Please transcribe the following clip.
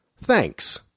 Thanks